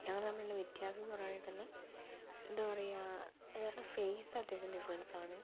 ഞങ്ങൾ തമ്മിലുള്ള വ്യത്യാസമെന്ന് പറയുകയാണെങ്കിൽ തന്നെ എന്താ പറയുക ഞങ്ങളുടെ ഫേസ് അത്യാവശ്യം ഡിഫറെൻസാണ്